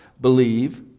believe